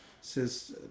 says